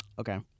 okay